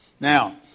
Now